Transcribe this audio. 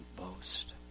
boast